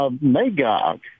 Magog